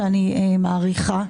שאני מעריכה.